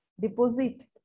deposit